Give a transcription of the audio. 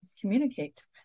communicate